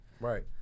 Right